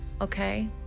Okay